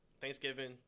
Thanksgiving